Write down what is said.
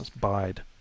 bide